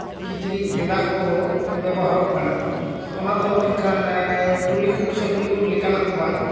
ᱠᱤᱪᱨᱤᱡ ᱜᱮᱸᱫᱟᱜ ᱠᱚ ᱵᱮᱵᱚᱦᱟᱨᱮᱜ ᱠᱟᱱᱟ ᱚᱱᱟ ᱫᱚ ᱮᱱᱠᱷᱟᱱ ᱴᱚᱞᱤᱣ ᱩᱰ ᱥᱮ ᱵᱚᱞᱤᱣᱩᱰ ᱞᱮᱠᱷᱟᱱ ᱫᱚ ᱵᱟᱝ